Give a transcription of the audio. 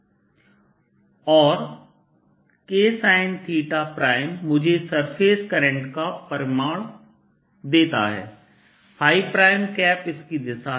और Ksin θ मुझे surface current का परिमाण देता है और इसकी दिशा है